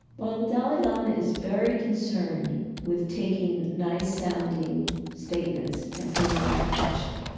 well, the dalai lama is very concerned with taking nice-sounding statements and putting them into action.